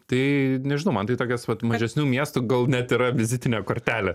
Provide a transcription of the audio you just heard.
tai nežinau man tai tokios vat mažesnių miestų gal net yra vizitinė kortelė